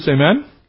amen